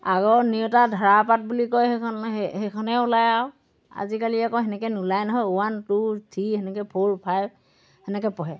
আগৰ নেওতা ধৰাপাত বুলি কয় সেইখন সেইখনহে ওলায় আৰু আজিকালি আকৌ সেনেকৈ নোলায় নহয় ওৱান টু থ্ৰী সেনেকে ফ'ৰ ফাইভ সেনেকে পঢ়ে